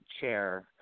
chair